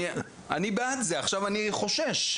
אני בעד זה, עכשיו אני חושש.